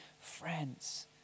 friends